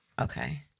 okay